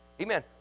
Amen